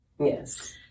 Yes